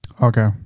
Okay